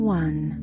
one